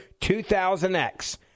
2000X